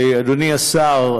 אדוני השר,